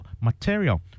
material